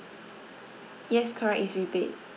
yes correct is rebate